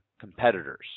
competitors